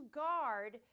guard